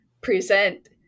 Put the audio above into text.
present